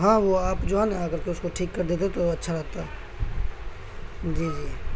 ہاں وہ آپ جو ہے نا اگر کہ اس کو ٹھیک کر دیتے تو اچھا رہتا جی جی